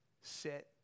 Sit